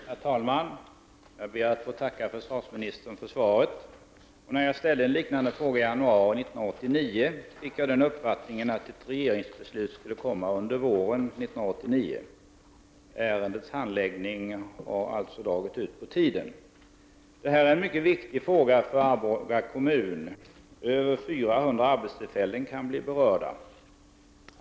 Herr talman! Jag ber att få tacka försvarsministern för svaret. När jag ställde en liknande fråga i januari 1989 fick jag uppfattningen att ett regeringsbeslut skulle fattas under våren 1989. Ärendets handläggning har alltså dragit ut på tiden. Det här är en mycket viktig fråga för Arboga kommun. Över 400 arbetstillfällen kan bli berörda.